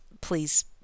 please